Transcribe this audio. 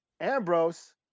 Ambrose